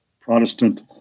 Protestant